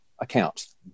accounts